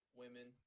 women